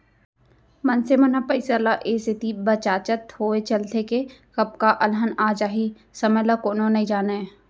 मनसे मन ह पइसा ल ए सेती बचाचत होय चलथे के कब का अलहन आ जाही समे ल कोनो नइ जानयँ